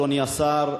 אדוני השר,